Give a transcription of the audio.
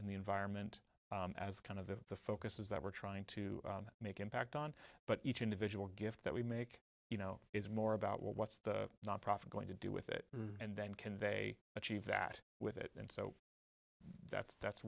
in the environment as kind of the focus is that we're trying to make impact on but each individual gift that we make you know is more about what's the nonprofit going to do with it and then can they achieve that with it and so that's that's